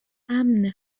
امن